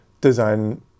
design